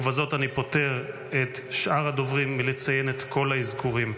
ובזאת אני פוטר את שאר הדוברים מלציין את כל האזכורים.